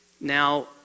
Now